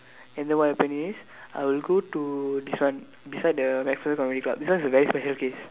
and then what happen is I will go to this one beside the MacPherson Community Club this one is a very special case